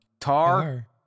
Tar